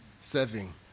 serving